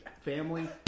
family